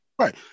Right